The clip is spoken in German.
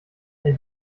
ein